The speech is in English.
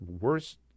worst